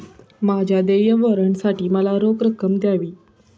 माझ्या देय वॉरंटसाठी मला रोख रक्कम द्यावी